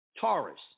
Taurus